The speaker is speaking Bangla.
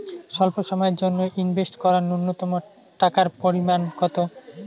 স্বল্প সময়ের জন্য ইনভেস্ট করার নূন্যতম টাকার পরিমাণ কত?